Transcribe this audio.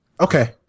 Okay